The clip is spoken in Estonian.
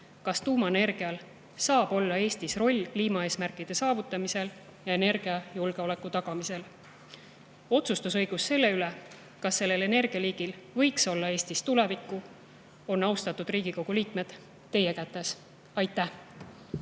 kas tuumaenergial saab olla Eestis roll kliimaeesmärkide saavutamisel ja energiajulgeoleku tagamisel. Õigus otsustada selle üle, kas sellel energialiigil võiks olla Eestis tulevik, on, austatud Riigikogu liikmed, teie kätes. Aitäh!